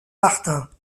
martin